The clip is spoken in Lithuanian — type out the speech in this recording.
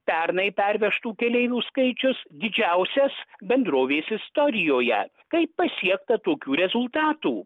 pernai pervežtų keleivių skaičius didžiausias bendrovės istorijoje kaip pasiekta tokių rezultatų